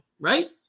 right